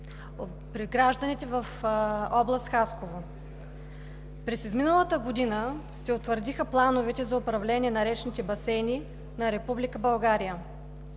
от гражданите в област Хасково. През изминалата година се утвърдиха плановете за управление на речните басейни на